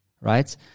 right